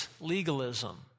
legalism